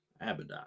Abaddon